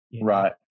Right